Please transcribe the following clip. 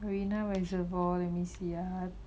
marina reservoir let me see ah